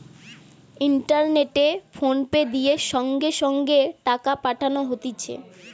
ইন্টারনেটে ফোনপে দিয়ে সঙ্গে সঙ্গে টাকা পাঠানো হতিছে